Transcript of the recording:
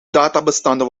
databestanden